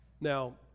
Now